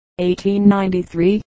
1893